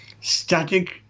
static